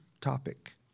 topic